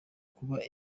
kuba